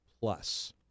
plus